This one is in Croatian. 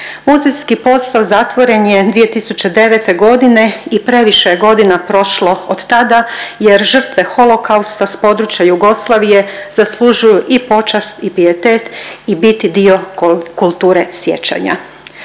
Muzejski postav zatvoren je 2009. godine i previše je godina prošlo od tada jer žrtve holokausta s područja Jugoslavije zaslužuju i počast i pijetet i biti dio kulture sjećanja.